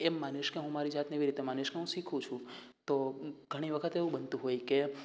એમ માનીશ કે હું મારી જાતને એવી રીતે માનીશ કે હું શીખું છું તો ઘણી વખત એવું બનતું હોય કે